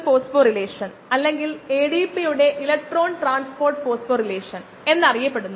ഈ calibration curve ഉപയോഗിച്ച് നമുക്ക് OD അളക്കാനും പ്രസക്തമായ ഡ്രൈ സെൽ നേടാനും കഴിയും അതാണ് സാധാരണ ചെയ്യുന്നത്